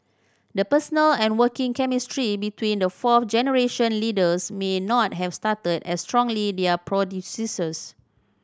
the personal and working chemistry between the fourth generation leaders may not have started as strongly their predecessors